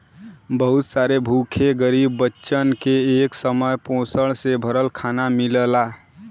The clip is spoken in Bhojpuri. बहुत सारे भूखे गरीब बच्चन के एक समय पोषण से भरल खाना मिलला